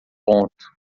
ponto